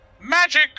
Magic